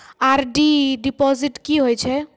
RD deposit की होय छै?